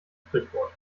sprichwort